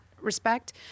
respect